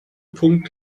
punkt